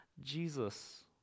Jesus